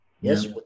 Yes